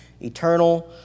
eternal